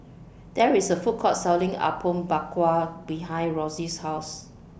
There IS A Food Court Selling Apom Berkuah behind Roxie's House